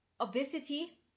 Obesity